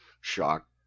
shock